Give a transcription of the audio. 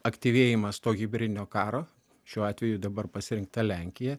aktyvėjimas to hibridinio karo šiuo atveju dabar pasirinkta lenkija